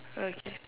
okay